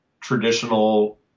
traditional